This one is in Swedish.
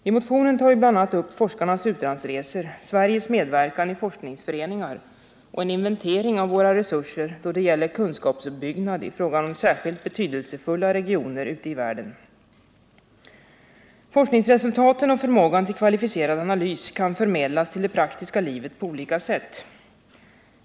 I motionen tar vi bl.a. upp forskarnas utlandsresor, Sveriges medverkan i forskningsföreningar och en inventering av våra resurser då det gäller kunskapsuppbyggnad i fråga om särskilt betydelsefulla regioner ute i världen. Forskningsresultaten och förmågan till kvalificerad analys kan förmedlas till det praktiska livet på olika sätt.